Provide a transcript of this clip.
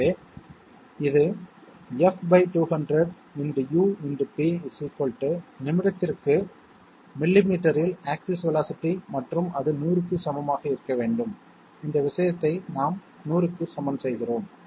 எனவே இது f 200 × U × p நிமிடத்திற்கு மில்லிமீட்டரில் ஆக்ஸிஸ் வேலோஸிட்டி மற்றும் அது 100 க்கு சமமாக இருக்க வேண்டும் இந்த விஷயத்தை நாம் 100 க்கு சமன் செய்கிறோம்